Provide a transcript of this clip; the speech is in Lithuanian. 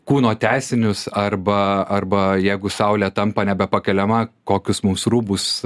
kūno teisinius arba arba jeigu saulė tampa nebepakeliama kokius mums rūbus